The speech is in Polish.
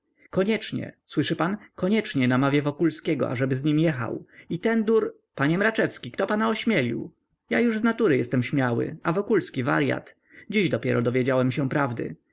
koniecznie słyszy pan koniecznie namawia wokulskiego ażeby z nim jechał i ten dur panie mraczewski kto pana ośmielił ja już z natury jestem śmiały a wokulski waryat dziś dopiero dowiedziałem się prawdy